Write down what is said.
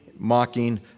mocking